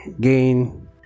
gain